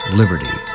liberty